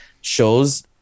shows